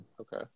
Okay